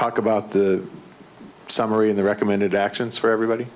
talk about the summary of the recommended actions for everybody